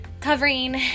covering